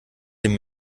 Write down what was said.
dem